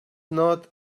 not